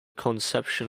conception